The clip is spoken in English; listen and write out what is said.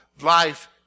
life